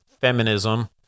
feminism